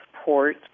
support